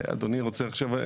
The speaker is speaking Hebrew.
אדוני רוצה עכשיו?